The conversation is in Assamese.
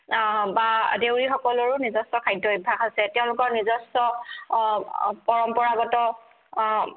বা দেউৰীসকলৰো নিজস্ব খাদ্য অভ্যাস আছে তেওঁলোকৰ নিজস্ব পৰম্পৰাগত